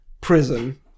prison